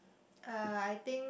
uh I think